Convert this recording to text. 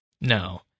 no